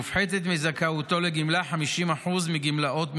מופחתת מזכאותו לגמלה 50% מגמלאות מסוימות: